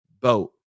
boat